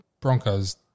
Broncos